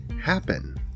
happen